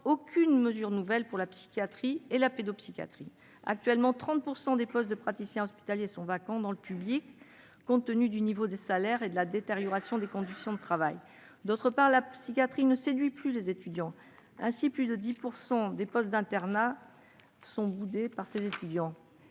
aucune mesure nouvelle pour la psychiatrie et la pédopsychiatrie. Actuellement, 30 % des postes de praticiens hospitaliers sont vacants dans le public, compte tenu du niveau des salaires et de la détérioration des conditions de travail. En outre, la psychiatrie ne séduit plus les étudiants, puisque ceux-ci boudent plus de 10 % des postes d'internat de cette spécialité.